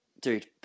dude